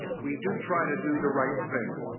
we do try to do the right thing.